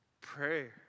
prayer